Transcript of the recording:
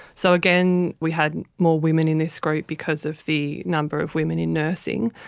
so again, we had more women in this group because of the number of women in nursing,